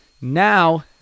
Now –